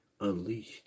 unleashed